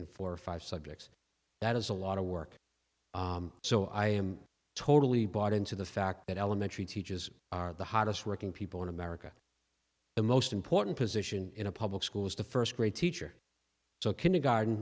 in four or five subjects that is a lot of work so i am totally bought into the fact that elementary teachers are the hardest working people in america the most important position in a public school is to first grade teacher so kindergarten